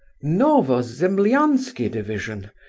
novozemlianski division,